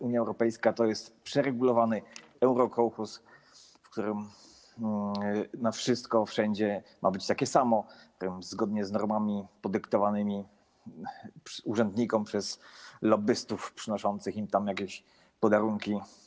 Unia Europejska to przeregulowany eurokołchoz, w którym wszystko wszędzie ma być takie samo zgodnie z normami podyktowanymi urzędnikom przez lobbystów przynoszących im jakieś podarunki.